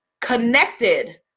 connected